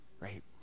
Right